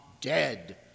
dead